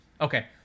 Okay